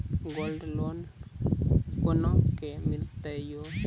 Gold loan कोना के मिलते यो?